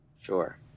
Sure